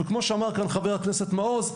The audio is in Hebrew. וכמו שאמר כאן חבר הכנסת מעוז: